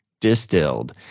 Distilled